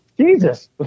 Jesus